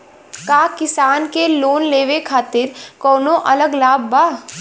का किसान के लोन लेवे खातिर कौनो अलग लाभ बा?